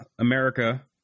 America